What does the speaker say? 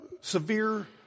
Severe